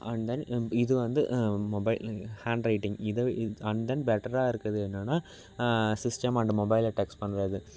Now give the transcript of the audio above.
and then நம் இது வந்து மொபைல் ஹேண்ட் ரைட்டிங் இதை வி இதை அண்ட் தென் பெட்டராக இருக்கிறது என்னென்னா சிஸ்டம் அண்ட் மொபைலில் டெக்ஸ்ட் பண்ணுறது